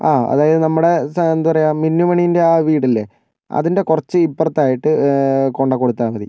ആഹ് അതായത് നമ്മുടെ സാന്ത മിന്നുമണീൻ്റെ ആ വീടില്ലേ അതിൻ്റെ കുറച്ച് ഇപ്പുറത്തായിട്ട് കൊണ്ടു കൊടുത്താൽ മതി